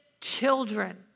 children